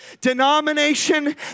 Denomination